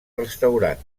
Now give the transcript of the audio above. restaurant